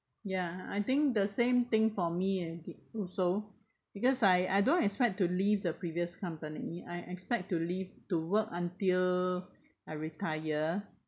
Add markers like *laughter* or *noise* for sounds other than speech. ya I think the same thing for me and *noise* also because I I don't expect to leave the previous company I expect to leave to work until I retire